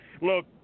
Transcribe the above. Look